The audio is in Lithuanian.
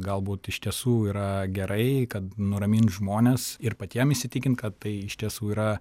galbūt iš tiesų yra gerai kad nuramint žmones ir patiem įsitikint kad tai iš tiesų yra